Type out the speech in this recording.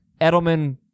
Edelman